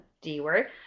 D-word